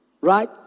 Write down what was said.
right